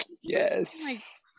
yes